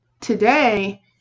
Today